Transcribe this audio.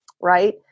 right